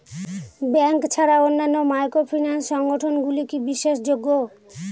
Bank ছাড়া অন্যান্য microfinance সংগঠন গুলি কি বিশ্বাসযোগ্য?